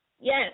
Yes